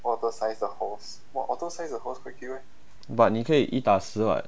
but 你可以一打十 [what]